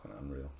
unreal